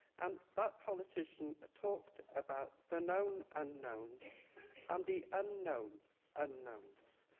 and that politician ah talked about the known unknowns and the unknown unknowns.